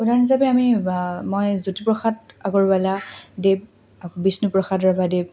উদাহৰণ হিচাপে আমি মই জ্যোতিপ্ৰসাদ আগৰৱালাদেৱ আকৌ বিষ্ণুপ্ৰসাদ ৰাভাদেৱ